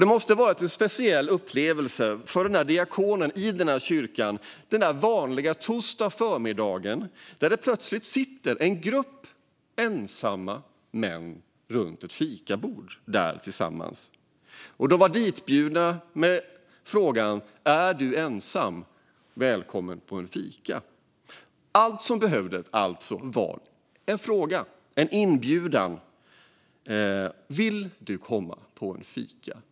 Det måste ha varit en speciell upplevelse för diakonen i kyrkan när det plötsligt en vanlig torsdag förmiddag sitter en grupp ensamma män där tillsammans runt ett fikabord, ditbjudna med frågan: Är du ensam? Välkommen på en fika! Allt som behövdes var alltså en inbjudan, en fråga: Vill du komma på en fika?